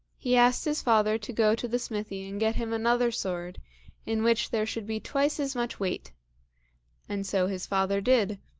he asked his father to go to the smithy and get him another sword in which there should be twice as much weight and so his father did,